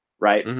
right?